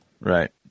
Right